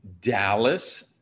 Dallas